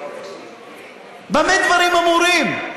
במה דברים אמורים?